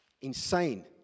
insane